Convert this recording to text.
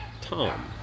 Tom